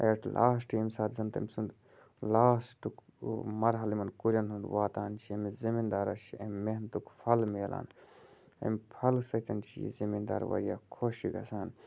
eight last ییٚمہِ ساتہٕ زَن تٔمۍ سُںٛد لاسٹُک ہُہ مرحلہٕ یِمَن کُلٮ۪ن ہُںٛد واتان چھِ أمِس زٔمیٖندارَس چھِ اَمہِ محنتُک پھَل میلان اَمہِ پھَلہٕ سۭتۍ چھِ یہِ زٔمیٖندار واریاہ خۄش چھِ گژھان